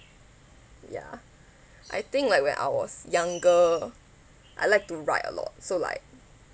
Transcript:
yeah I think like when I was younger I like to write a lot so like